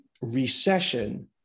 recession